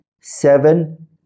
seven